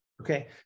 Okay